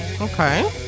Okay